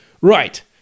right